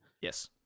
Yes